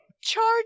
charge